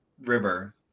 river